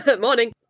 morning